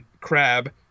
crab